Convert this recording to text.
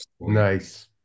Nice